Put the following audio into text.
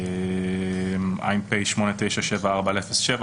ע"פ 8974/07,